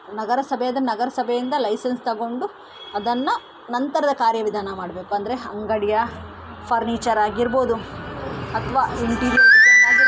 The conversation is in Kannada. ನಗರ ಸಭೆ ಆದ್ರೆ ನಗರ ಸಭೆಯಿಂದ ಲೈಸನ್ಸ್ ತಗೊಂಡು ಅದನ್ನು ನಂತರದ ಕಾರ್ಯವಿಧಾನ ಮಾಡಬೇಕು ಅಂದರೆ ಅಂಗಡಿಯ ಫರ್ನಿಚರ್ ಆಗಿರ್ಬೋದು ಅಥವಾ ಇಂಟಿರಿಯರ್ ಡಿಸೈನ್ ಆಗಿರ್ಬೋದು